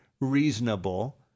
reasonable